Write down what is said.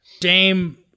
Dame